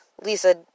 Lisa